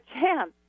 chance